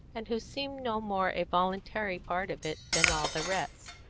and who seemed no more a voluntary part of it than all the rest,